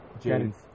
James